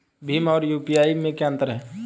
भीम और यू.पी.आई में क्या अंतर है?